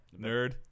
Nerd